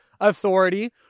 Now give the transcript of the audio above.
authority